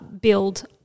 build